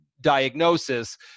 diagnosis